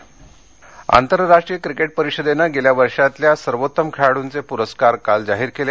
ICC आंतरराष्ट्रीय cricket परिषदेनं गेल्या वर्षातल्या सर्वोत्तम खेळाडूंचे पुरस्कार काल जाहीर केले